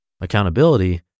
Accountability